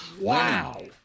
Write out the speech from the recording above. Wow